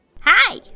hi